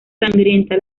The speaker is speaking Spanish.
sangrienta